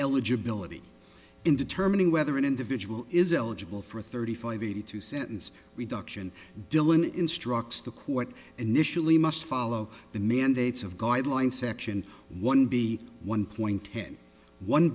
eligibility in determining whether an individual is eligible for a thirty five eighty two sentence we duck and dylan instructs the court initially must follow the mandates of guideline section one b one